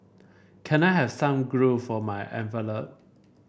can I have some glue for my envelope